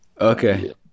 Okay